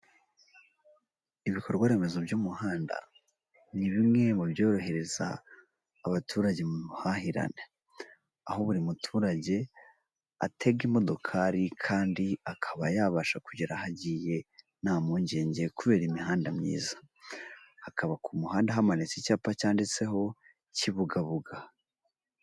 Ibikorwa remezo by'umuhanda ni bimwe mu byohereza abaturage mu buhahirane aho buri muturage atega imodokari kandi akaba yabasha kugera aho agiye ntampungenge kubera imihanda myiza hakaba ku muhanda hamanitse icyapa cyanditseho kibugabuga.